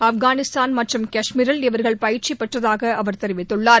ஆப்கானிஸ்தான் மற்றும் கஷ்மீரில் இவர்கள் பயிற்சி பெற்றதாக அவர் தெரிவித்துள்ளார்